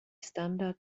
standard